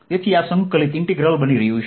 તેથી આ સંકલિત બની રહ્યું છે